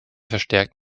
verstärkt